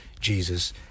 Jesus